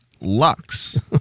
Lux